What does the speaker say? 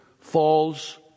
falls